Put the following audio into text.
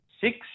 six